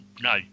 no